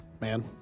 man